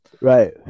right